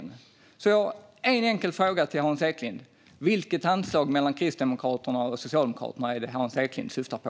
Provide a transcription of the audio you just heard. Jag har en enkel fråga till Hans Eklind: Vilket handslag mellan Kristdemokraterna och Socialdemokraterna är det Hans Eklind syftar på?